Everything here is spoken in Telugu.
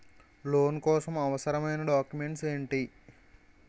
లోన్ కోసం అవసరమైన డాక్యుమెంట్స్ ఎంటి?